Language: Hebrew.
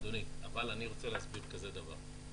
אדוני, אבל אני רוצה להסביר כזה דבר.